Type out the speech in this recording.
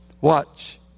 Watch